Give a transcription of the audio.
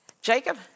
Jacob